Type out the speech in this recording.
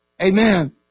Amen